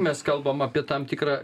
mes kalbam apie tam tikrą